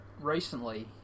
recently